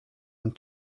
and